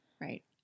Right